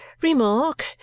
remark